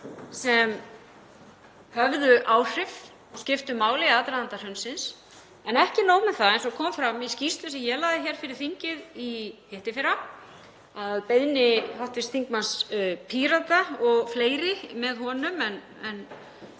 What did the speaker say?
sem höfðu áhrif og skiptu máli í aðdraganda hrunsins. En ekki nóg með það, eins og kom fram í skýrslu sem ég lagði fyrir þingið í hittiðfyrra að beiðni hv. þingmanns Pírata, og fleiri með honum en